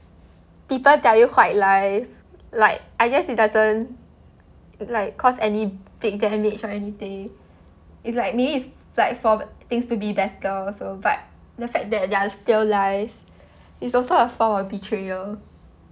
people tell you white lies like I guess it doesn't like cause any big damage or anything is like maybe it's like for things to be better also but in the fact that they still lie it's also a form of betrayal